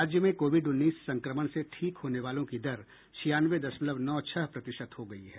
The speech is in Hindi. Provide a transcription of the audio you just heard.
राज्य में कोविड उन्नीस संक्रमण से ठीक होने वालों की दर छियानवे दशमलव नौ छह प्रतिशत हो गयी है